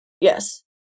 Yes